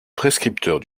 prescripteurs